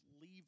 leave